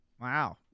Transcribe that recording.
Wow